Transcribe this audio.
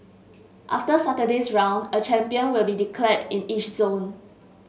after Saturday's round a champion will be declared in each zone